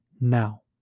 now